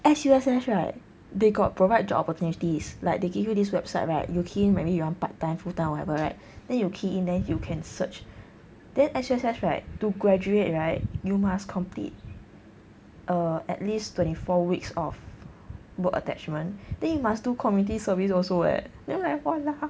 S_U_S_S right they got provide job opportunities like they give you this website right you key in maybe you want part time full time whatever right then you key in you can search then S_U_S_S right to graduate right you must complete err at least twenty four weeks of work attachment then you must do community service also eh then I like !walao!